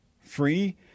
free